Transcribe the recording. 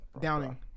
Downing